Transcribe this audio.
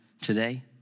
today